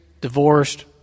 divorced